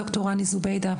ד"ר רני זוביידה,